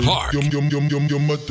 Park